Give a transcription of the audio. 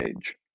age